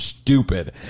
Stupid